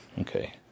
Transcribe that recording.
Okay